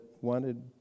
wanted